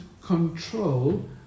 control